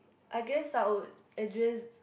I guess I would address